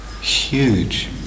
Huge